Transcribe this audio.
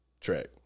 track